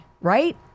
right